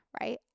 right